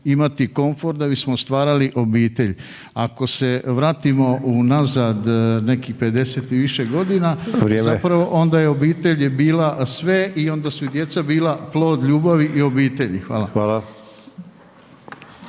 imati komfor da bismo stvarali obitelj. Ako se vratimo unazad nekih 50 i više godina …/Upadica: Vrijeme./… zapravo onda je obitelj bila sve i onda su i djeca bila plod ljubavi i obitelji. Hvala.